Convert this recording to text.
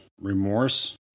remorse